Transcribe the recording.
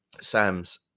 Sam's